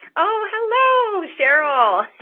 oh, hello sheryl!